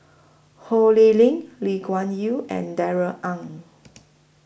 Ho Lee Ling Lee Kuan Yew and Darrell Ang